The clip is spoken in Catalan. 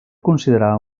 considerar